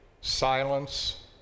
silence